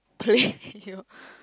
play your